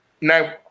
No